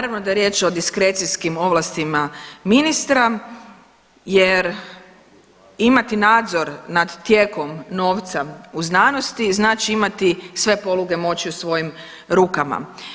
Naravno da je riječ o diskrecijskim ovlastima ministra jer imati nadzor nad tijekom novca u znanosti znači imati sve poluge moći u svojim rukama.